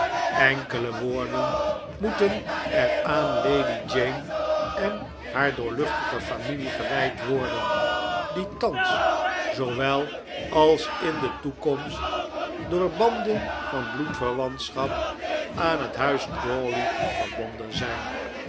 enkele woorden moeten er aan lady jane en haar doorluchtige familie gewijd worden die thans zoowel als in de toekomst door banden van bloedverwantschap aan het huis crawley verbonden zijn